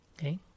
okay